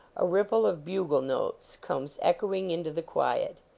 a ripple of bugle notes comes echoing into the quiet.